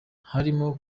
harimo